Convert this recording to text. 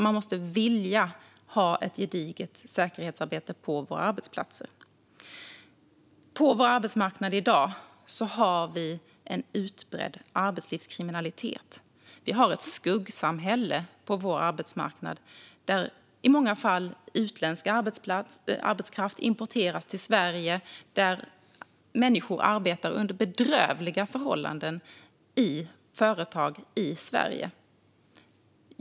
Man måste vilja ha ett gediget säkerhetsarbete på arbetsplatserna. På vår arbetsmarknad finns i dag en utbredd arbetslivskriminalitet. Det finns ett skuggsamhälle på den svenska arbetsmarknaden där i många fall utländsk arbetskraft importeras till Sverige och arbetar under bedrövliga förhållanden.